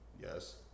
Yes